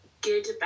good